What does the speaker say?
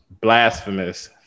blasphemous